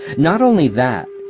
not only that,